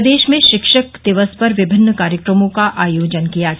प्रदेश में शिक्षक दिवस पर विमिन्न कार्यक्रमों का आयोजन किया गया